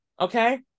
okay